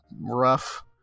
rough